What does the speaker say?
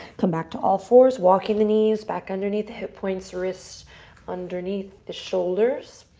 come back to all fours. walking the knees back underneath the hip points. wrists underneath the shoulders.